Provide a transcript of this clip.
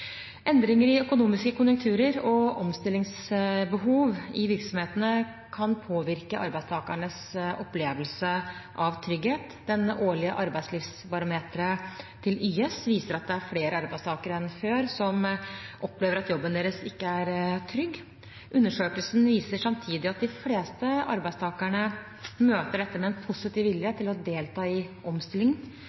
Endringer i økonomiske konjunkturer og omstillingsbehov i virksomhetene kan påvirke arbeidstakernes opplevelse av trygghet. Det årlige Arbeidslivsbarometeret til YS viser at det er flere arbeidstakere enn før som opplever at jobben deres ikke er trygg. Undersøkelsen viser samtidig at de fleste arbeidstakere møter dette med en positiv vilje til å delta i omstilling.